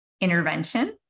intervention